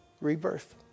rebirth